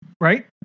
Right